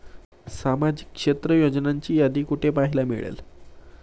सामाजिक क्षेत्र योजनांची यादी कुठे पाहायला मिळेल?